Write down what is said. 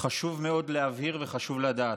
חשוב מאוד להבהיר וחשוב לדעת: